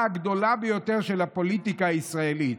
הגדולה ביותר של הפוליטיקה הישראלית.